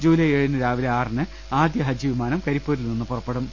ജൂ ലൈ ഏഴിന് രാവിലെ ആറിന് ആദ്യ ഹജ്ജ് വിമാനം കരിപ്പൂരിൽ നിന്ന് പുറ പ്പെടും